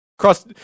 Cross